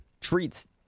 treats